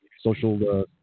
Social